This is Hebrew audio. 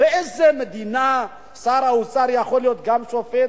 באיזו מדינה שר האוצר יכול להיות גם שופט,